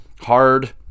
hard